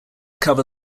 cover